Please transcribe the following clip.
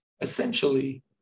Essentially